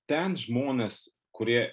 ten žmonės kurie